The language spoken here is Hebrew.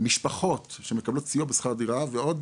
משפחות שמקבלות סיוע בשכר דירה ועוד